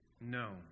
No